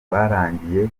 rwarangiye